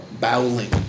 Bowling